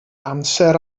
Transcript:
amser